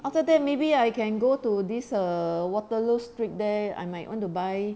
after that maybe I can go to this err waterloo street there I might want to buy